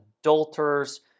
adulterers